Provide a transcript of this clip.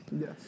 Yes